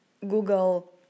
Google